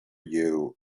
you